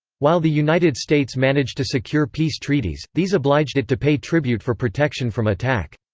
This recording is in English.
while the united states managed to secure peace treaties, these obliged it to pay tribute for protection from attack.